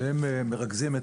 שהם מרכזים,